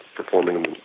performing